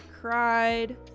cried